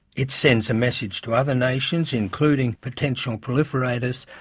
it sends a message to other nations, including potential proliferators,